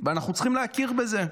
ואנחנו צריכים להכיר בזה.